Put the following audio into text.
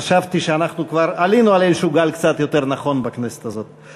חשבתי שאנחנו כבר עלינו על איזשהו גל קצת יותר נכון בכנסת הזאת.